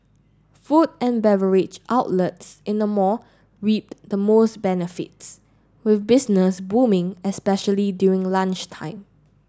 food and beverage outlets in the mall reap the most benefits will business booming especially during lunchtime